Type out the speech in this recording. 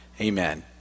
Amen